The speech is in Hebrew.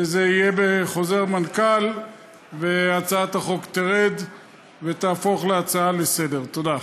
שזה יהיה בחוזר מנכ"ל והצעת החוק תרד ותהפוך להצעה לסדר-היום.